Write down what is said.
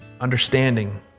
understanding